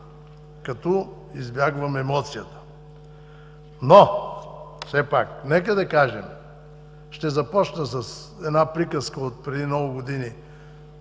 като избягвам емоцията. Все пак ще кажа и започна с една приказка отпреди много години